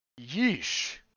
Yeesh